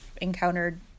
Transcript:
encountered